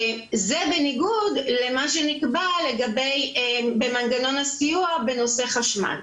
זה בניגוד למה שנקבע במנגנון הסיוע בנושא חשמל,